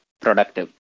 productive